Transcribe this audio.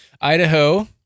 Idaho